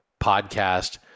podcast